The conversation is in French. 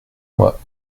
moi